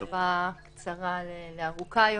תקופה קצרה לארוכה יותר.